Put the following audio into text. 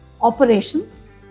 operations